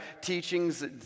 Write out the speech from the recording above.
teachings